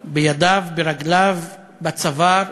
בידיו, ברגליו, בצוואר,